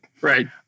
Right